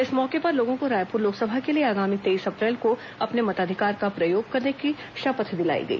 इस मौके पर लोगों को रायपुर लोकसभा के लिए आगामी तेईस अप्रैल को अपने मताधिकार का प्रयोग करने की शपथ दिलाई गई